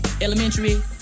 Elementary